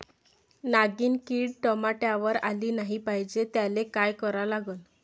नागिन किड टमाट्यावर आली नाही पाहिजे त्याले काय करा लागन?